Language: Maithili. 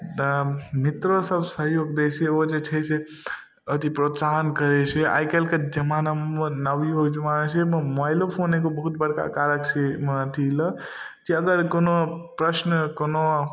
तऽ मित्रो सब सहयोग दै छै ओ जे छै से अति प्रोत्साहन करै छै आइकाल्हिके जमानामे नवयुवक युवा जे छै से मोबाइलो फोन एगो बहुत बड़का कारक छियै अइमे अथी लए जे अगर कोनो प्रश्न कोनो